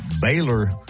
Baylor